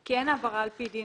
כי אין העברה על פי דין.